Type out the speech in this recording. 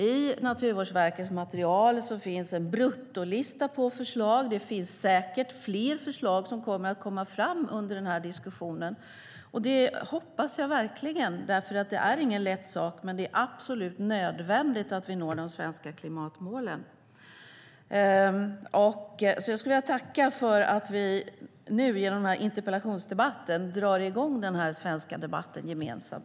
I Naturvårdsverkets material finns en bruttolista på förslag. Det kommer säkert fram fler förslag under den här diskussionen. Det hoppas jag verkligen. Det är ingen lätt sak, men det är absolut nödvändigt att vi når de svenska klimatmålen. Jag skulle vilja tacka för att vi nu, genom den här interpellationsdebatten, drar i gång den svenska debatten gemensamt.